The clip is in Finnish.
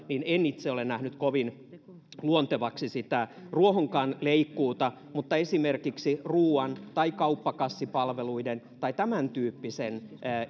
en itse ole nähnyt kovin luontevaksi sitä ruohonleikkuutakaan mutta esimerkiksi ruoka tai kauppakassipalveluiden tai tämäntyyppisen